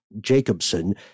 Jacobson